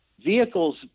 Vehicles